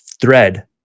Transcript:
thread